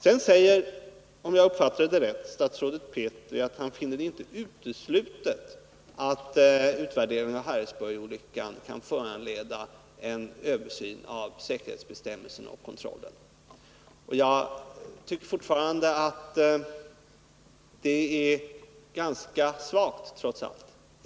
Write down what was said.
Sedan säger statsrådet Petri, om jag uppfattade det rätt, att han finner det inte uteslutet att utvärderingen av Harrisburgsolyckan kan föranleda en översyn av säkerhetsbestämmelserna och av kontrollen. Jag tycker fortfarande att ett sådant uttalande är ganska svagt.